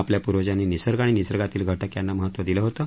आपल्या पुर्वजांनी निसर्ग निसर्गातील घाके यांना महत्त्व दिलं होतं